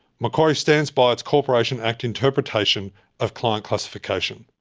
macquarie stands by its corporation act interpretation of client classification.